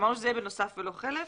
אמרנו שזה יהיה בנוסף ולא חלף.